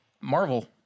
Marvel